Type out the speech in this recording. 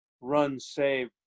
run-save